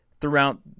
throughout